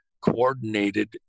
Coordinated